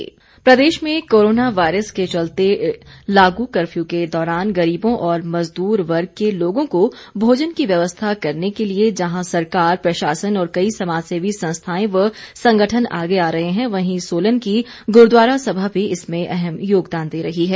सहायता प्रदेश में कोरोना वायरस के चलते लागू कर्फ्यू के दौरान गरीबों और मजदूर वर्ग के लोगों को भोजन की व्यवस्था करने के लिए जहां सरकार प्रशासन और कई समाज सेवी संस्थाएं व संगठन आगे आ रहे हैं वहीं सोलन की गुरूद्वारा सभा भी इसमें अहम योगदान दे रही है